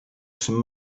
some